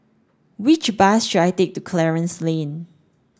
which bus should I take to Clarence Lane